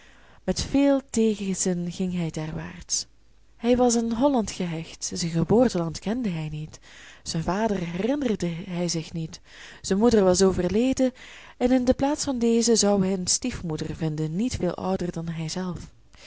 met veel tegenzin ging hij derwaarts hij was aan holland gehecht zijn geboorteland kende hij niet zijn vader herinnerde hij zich niet zijn moeder was overleden en in de plaats van deze zou hij een stiefmoeder vinden niet veel ouder dan hijzelf